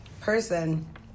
person